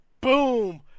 Boom